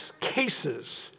cases